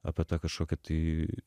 apie tą kažkokią tai